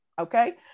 Okay